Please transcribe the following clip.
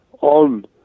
on